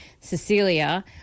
Cecilia